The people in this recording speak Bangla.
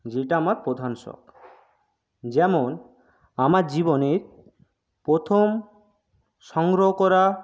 যেটা আমার প্রধান শখ যেমন আমার জীবনের প্রথম সংগ্রহ করা